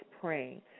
praying